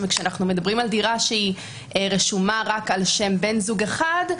וכשאנחנו מדברים על דירה שרשומה רק על שם בן זוג אחד,